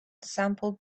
sampled